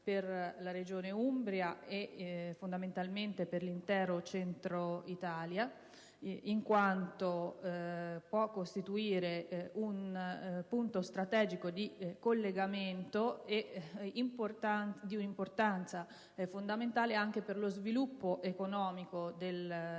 per la regione Umbria e fondamentalmente per l'intero Centro-Italia, in quanto può costituire un punto strategico di collegamento, e ha un'importanza fondamentale anche per lo sviluppo economico della Regione